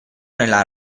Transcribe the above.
nella